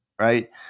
right